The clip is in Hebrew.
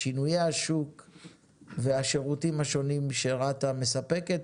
שינויי השוק והשירותים השונים שרת"א מספקת